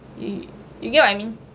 you you get what I mean